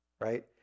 right